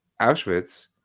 Auschwitz